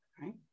Right